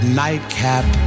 nightcap